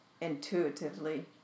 intuitively